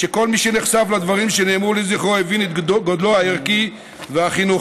שכל מי שנחשף לדברים שנאמרו לזכרו הבין את גודלו הערכי והחינוכי.